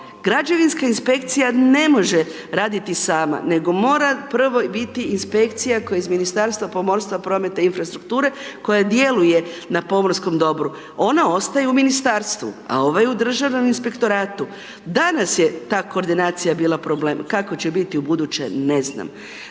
građevinska inspekcija ne može raditi sama nego mora prvo biti inspekcija koja je iz Ministarstva pomorstva, prometa i infrastrukture, koja djeluje na pomorskom dobru. Ona ostaje u Ministarstvu a ova je u Državnom inspektoratu. Danas je ta koordinacija bila problem, kako se biti ubuduće ne znam.